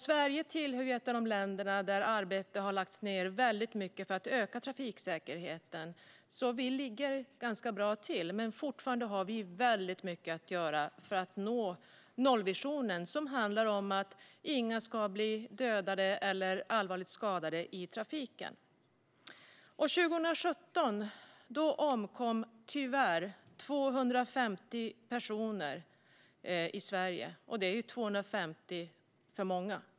Sverige är ett av de länder där väldigt mycket arbete har lagts ned för att öka trafiksäkerheten. Vi ligger alltså ganska bra till, men fortfarande har vi väldigt mycket att göra för att nå nollvisionen. Den handlar om att inga ska dödas eller bli allvarligt skadade i trafiken. År 2017 omkom tyvärr 250 personer i Sverige. Det är 250 för många.